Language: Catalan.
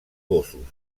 gossos